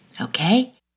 okay